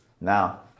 now